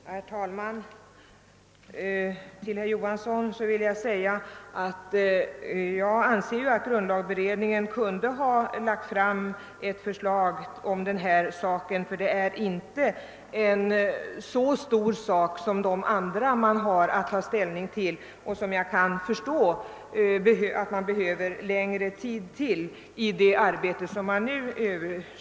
Herr talman! Jag vill säga till herr Johansson i Trollhättan att jag anser att grundlagberedningen kunde lagt fram ett förslag i denna fråga, som inte är så omfattande som de andra frågor beredningen har att ta ställning till och som jag kan förstå att dess ledamöter behöver längre tid till.